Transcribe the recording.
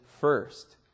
first